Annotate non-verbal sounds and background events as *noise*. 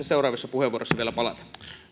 *unintelligible* seuraavissa puheenvuoroissa vielä palata